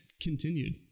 continued